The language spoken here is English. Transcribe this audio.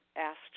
asked